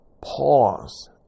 pause